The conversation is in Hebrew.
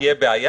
תהיה בעיה.